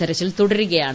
തെരച്ചിൽ തുടരുകയാണ്